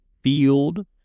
field